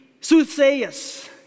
soothsayers